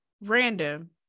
Random